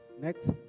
Next